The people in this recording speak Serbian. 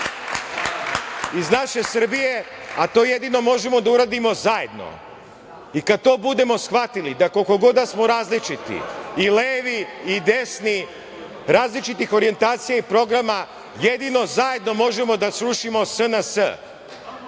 iz naše Srbije, a to jedino možemo da uradimo zajedno i kada to budemo shvatili da koliko god da smo različiti i levi i desni, različitih orijentacija i programa jedino zajedno možemo da srušimo SNS.